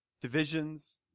Divisions